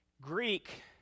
Greek